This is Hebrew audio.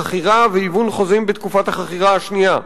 חכירה והיוון חוזים בתקופת החכירה השנייה,